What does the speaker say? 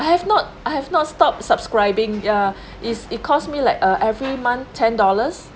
I have not I have not stopped subscribing ya it's it cost me like uh every month ten dollars